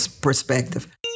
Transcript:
perspective